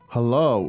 Hello